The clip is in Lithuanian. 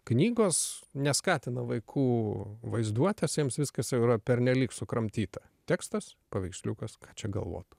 knygos neskatina vaikų vaizduotės jiems viskas jau yra pernelyg sukramtyta tekstas paveiksliukas ką čia galvot